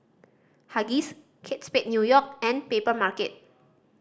Huggies Kate Spade New York and Papermarket